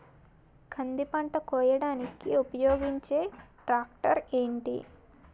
కంది పంట కోయడానికి ఉపయోగించే ట్రాక్టర్ ఏంటి?